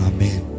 Amen